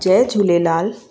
Jay Jhulelal